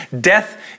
Death